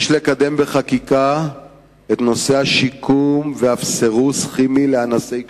יש לקדם בחקיקה את נושא השיקום ואף סירוס כימי לאנסי קשישים,